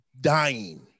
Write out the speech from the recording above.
dying